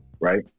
Right